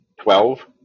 twelve